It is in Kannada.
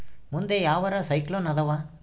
ಮುಂದೆ ಯಾವರ ಸೈಕ್ಲೋನ್ ಅದಾವ?